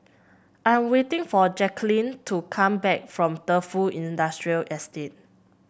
I'm waiting for Jacquelynn to come back from Defu Industrial Estate